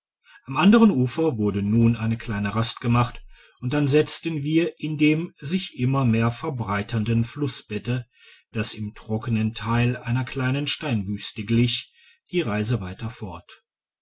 am anderen ufer wurde nun eine kleine rast gemacht und dann setzten wir in dem sich immer mehr verbreiternden flussbette das im trockenen teile einer kleinen steinwüste glich die reise weiter fort